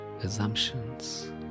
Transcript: assumptions